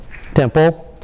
temple